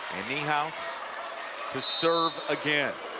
niehaus to serve again.